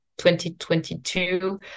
2022